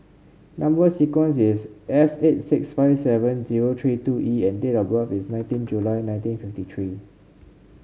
number sequence is S eight six five seven zero three two E and date of birth is nineteen July nineteen fifty three